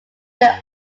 their